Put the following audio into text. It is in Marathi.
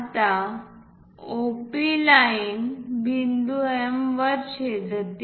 आता OP लाईन बिंदू M वर छेदते